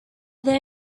they